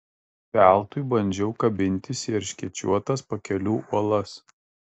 veltui bandžiau kabintis į erškėčiuotas pakelių uolas